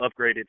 upgraded